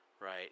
right